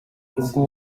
ubwo